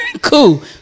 Cool